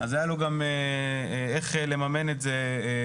אז היה לו גם איך לממן את זה בעצמו.